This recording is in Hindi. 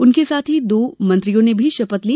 उनके साथ ही दो मंत्रियों ने भी शपथ ली